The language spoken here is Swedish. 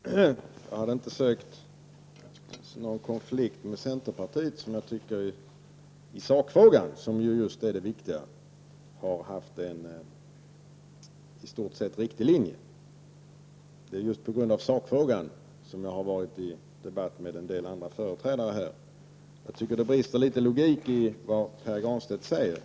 Herr talman! Jag har inte sökt konflikt med centerpartiet i sakfrågan. I den tycker jag att centern har haft en i stort sett riktig linje. Det är just i sakfrågan jag har debatterat med några företrädare för olika partier. Jag anser dock att det brister något i logiken i det Pär Granstedt säger.